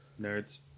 Nerds